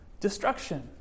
destruction